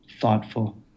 thoughtful